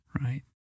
Right